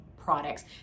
products